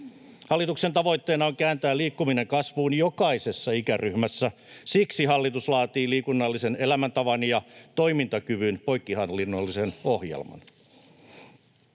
Hallituksen tavoitteena on kääntää liikkuminen kasvuun jokaisessa ikäryhmässä. Siksi hallitus laatii liikunnallisen elämäntavan ja toimintakyvyn poikkihallinnollisen ohjelman.